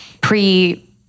pre